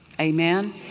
Amen